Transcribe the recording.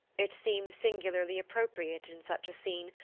it seemed singularly appropriate, in such a scene,